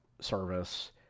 service